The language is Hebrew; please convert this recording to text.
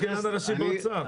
יש דוח של הכלכלן הראשי באוצר.